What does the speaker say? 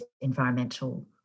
environmental